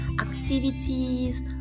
activities